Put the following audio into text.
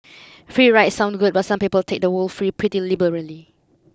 free rides sound good but some people take the word free pretty liberally